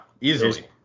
Easily